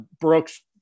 Brooks